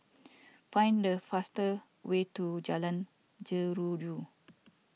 find the fastest way to Jalan Jeruju